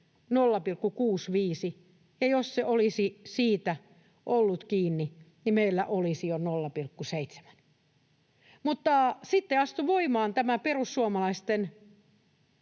0,65, ja jos se olisi siitä ollut kiinni, niin meillä olisi jo 0,7. Mutta sitten astui voimaan tämä perussuomalaisten